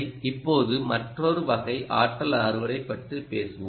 இப்போது மற்றொரு வகை ஆற்றல் அறுவடை பற்றி பேசுவோம்